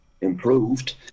improved